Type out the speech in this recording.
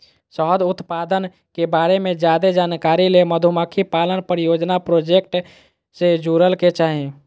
शहद उत्पादन के बारे मे ज्यादे जानकारी ले मधुमक्खी पालन परियोजना प्रोजेक्ट से जुड़य के चाही